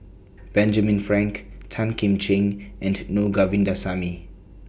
Benjamin Frank Tan Kim Ching and Na Govindasamy